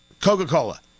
Coca-Cola